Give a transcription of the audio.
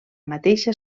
mateixa